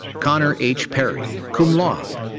conor h. perry, cum laude.